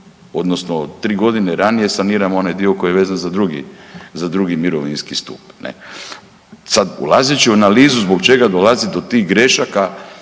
odnosno 3 godine ranije saniramo onaj dio koji je vezan za drugi mirovinski stup, ne? Sad, ulazeći u analizu zbog čega dolazi do tih grešaka